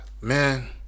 man